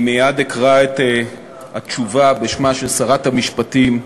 אני מייד אקרא את התשובה בשמה של שרת המשפטים,